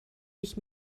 ich